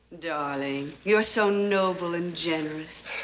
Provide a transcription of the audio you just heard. darling, you're so noble and generous.